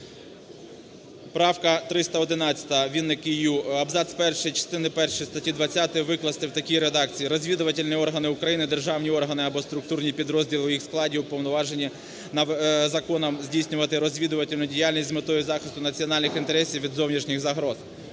Правка 311. Вінник І.Ю. Абзац перший частини першої статті 20 викласти в такій редакції: "Розвідувальні органи України – державні органи або структурні підрозділи у їх складі, уповноважені законом здійснювати розвідувальну діяльність з метою захисту національних інтересів від зовнішніх загроз".